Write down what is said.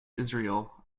israel